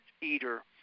eater